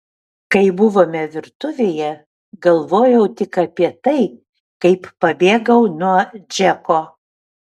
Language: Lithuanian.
kai buvome virtuvėje galvojau tik apie tai kaip pabėgau nuo džeko